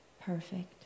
Perfect